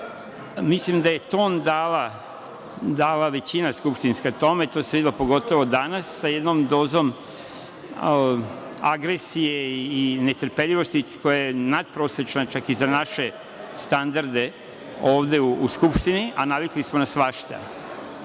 Mislim da je ton tome dala skupštinska većina, a to se pogotovo videlo danas, sa jednom dozom agresije i netrpeljivosti koja je natprosečna čak i za naše standarde ovde u Skupštini, a navikli smo na svašta. Posebno